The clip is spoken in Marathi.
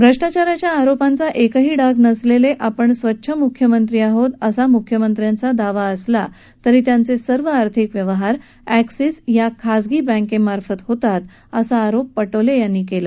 भ्रष्टाचाराच्या आरोपांचा एकही डाग नसलेले आपण स्वच्छ म्ख्यमंत्री आहोत असा म्ख्यमंत्र्यांचा दावा असला तरी त्यांचे सर्व आर्थिक व्यवहार एक्सीस या खाजगी बँकेमार्फत होतात असा आरोप पटोले यांनी केला